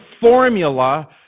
formula